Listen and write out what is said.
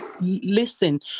listen